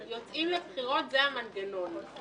יוצאים לבחירות זה המנגנון.